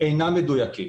אינם מדויקים.